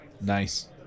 Nice